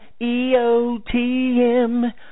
EOTM